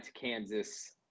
Kansas